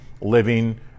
living